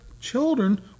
children